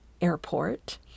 Airport